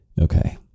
Okay